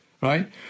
right